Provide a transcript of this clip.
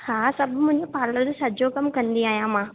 हा सभु मुंहिंजो पार्लर जो सॼो कम कंदी आहियां मां